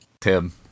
Tim